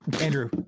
Andrew